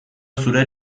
zure